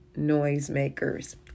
noisemakers